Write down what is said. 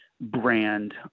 brand